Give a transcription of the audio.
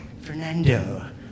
Fernando